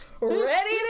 ready